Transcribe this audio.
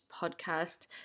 Podcast